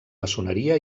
maçoneria